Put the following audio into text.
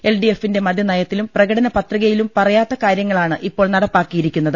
L D എഫിന്റെ മദ്യനയത്തിലും പ്രകടനപത്രികയിലും പറയാത്ത കാര്യങ്ങളാണ് ഇപ്പോൾ നടപ്പാക്കിയിരിക്കുന്നത്